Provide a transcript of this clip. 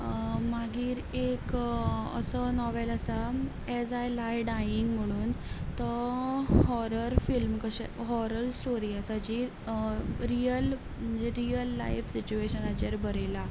मागीर एक असो नोवेल आसा एज आय लाय डायींग म्हणून तो हॉरर फिल्म कशें हॉरर स्टोरी आसा जी रियल म्हणजे रियल लायफ सिच्युएशनाचेर बरयला